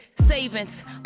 savings